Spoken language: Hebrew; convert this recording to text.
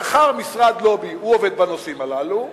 שכר משרד לובי, הוא עובד בנושאים הללו,